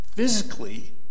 Physically